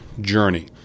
journey